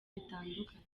bitandukanye